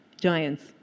giants